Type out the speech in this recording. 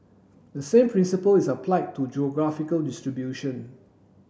the same principle is applied to geographical distribution